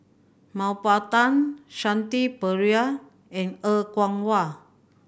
Mah Bow Tan Shanti Pereira and Er Kwong Wah